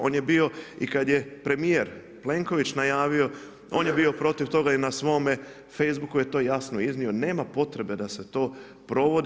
On je bio i kad je premjer Plenković najavio, on je bio protiv toga i na svome Facebook koji je to jasno iznio, nema potrebe da se to provodi.